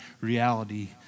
reality